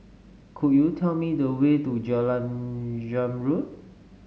could you tell me the way to Jalan Zamrud